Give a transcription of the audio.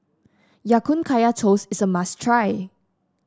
Ya Kun Kaya Toast is a must try